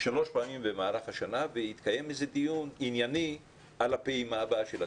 שלוש פעמים במהלך השנה ויתקיים דיון ענייני על הפעימה הבאה של התשלומים.